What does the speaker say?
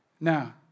Now